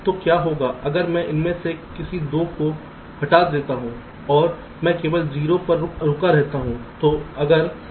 तो क्या होगा अगर मैं उनमें से किसी भी 2 को हटा देता हूं और मैं केवल 0 पर रुका रहता हूं